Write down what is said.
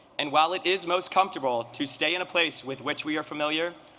and while it is most comfortable to stay in a place with which we are familiar,